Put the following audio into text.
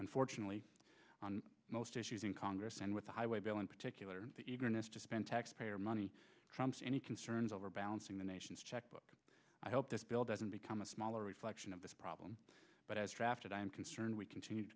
unfortunately on most issues in congress and with the highway bill in particular spend taxpayer money trumps any concerns over balancing the nation's checkbook i hope this bill doesn't become a smaller reflection of this problem but as drafted i am concerned we continue to